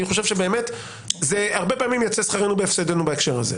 אני חושב שבאמת הרבה פעמים יצא שכרנו בהפסדנו בהקשר הזה.